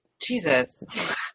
Jesus